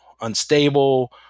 unstable